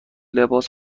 لباس